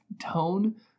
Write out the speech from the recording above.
tone